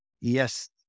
yes